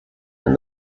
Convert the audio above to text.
and